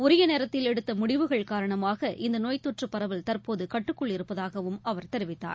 உரிய நேரத்தில் எடுத்த முடிவுகள் காரணமாக இந்த நோய் தொற்றுப் பரவல் தற்போது கட்டுக்குள் இருப்பதாகவும் அவர் தெரிவித்தார்